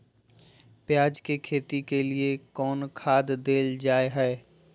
प्याज के खेती के लिए कौन खाद देल जा हाय?